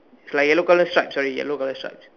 is like yellow color stripes sorry yellow color stripes